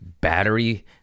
battery